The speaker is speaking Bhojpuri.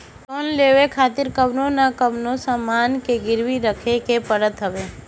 लोन लेवे खातिर कवनो न कवनो सामान गिरवी रखे के पड़त हवे